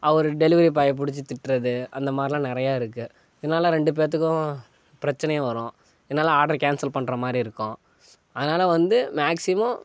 அவரு டெலிவரி பாயை பிடிச்சி திட்டுறது அந்த மாதிரில நிறையா இருக்குது இதனால் ரெண்டு பேற்றுக்கும் பிரச்சனையும் வரும் இதனால் ஆட்ரை கேன்சல் பண்ணுற மாதிரி இருக்கும் அதனால் வந்து மேக்ஸிமம்